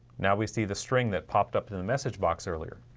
now we see the string that popped up to the message box earlier.